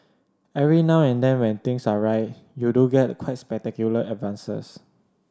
every now and then when things are right you do get quite spectacular advances